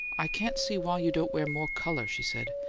i can't see why you don't wear more colour, she said.